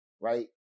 Right